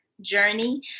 journey